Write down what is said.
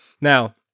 Now